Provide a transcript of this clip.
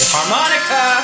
Harmonica